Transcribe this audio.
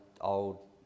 old